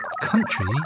country